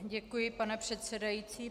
Děkuji, pane předsedající.